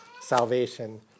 salvation